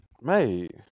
Mate